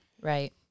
right